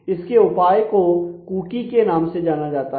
इसके उपाय को कुकी के नाम से जाना जाता है